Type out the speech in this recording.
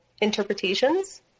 interpretations